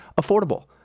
affordable